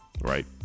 right